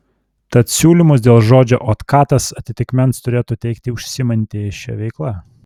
tad siūlymus dėl žodžio otkatas atitikmens turėtų teikti užsiimantieji šia veikla